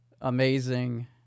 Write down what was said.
amazing